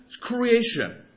creation